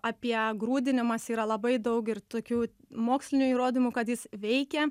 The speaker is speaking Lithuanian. apie grūdinimąsi yra labai daug ir tokių mokslinių įrodymų kad jis veikia